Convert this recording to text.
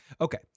Okay